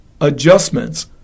adjustments